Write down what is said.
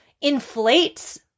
inflates